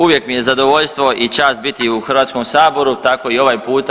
Uvijek mi je zadovoljstvo i čast biti u Hrvatskom saboru, tako i ovaj puta.